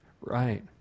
Right